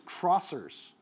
crossers